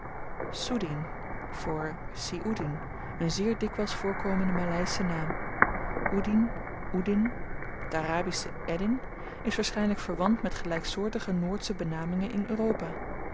voor si oedien een zeer dikwyls voorkomende maleische naam oedien oedin t arabische eddin is waarschynlyk verwant met gelyksoortige noordsche benamingen in europa